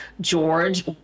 george